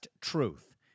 Truth